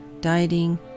dieting